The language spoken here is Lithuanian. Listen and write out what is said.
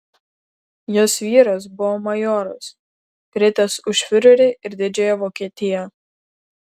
jos vyras buvo majoras kritęs už fiurerį ir didžiąją vokietiją